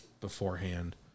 beforehand